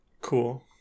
Cool